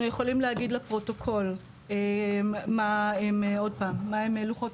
אנחנו יכולים להגיד לפרוטוקול מהם לוחות